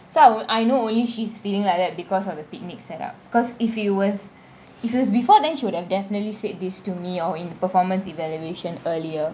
so I I know only she's feeling like that because of the picnic set-up because if it was if it was before then she would have definitely said this to me or in performance evaluation earlier